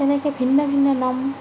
তেনেকৈ ভিন্ন ভিন্ন নাম